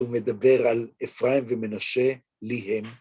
הוא מדבר על אפרים ומנשה, לי הם.